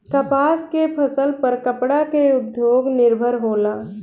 कपास के फसल पर कपड़ा के उद्योग निर्भर होला